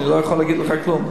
שם אני לא יכול להגיד לך כלום.